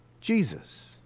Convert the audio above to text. Jesus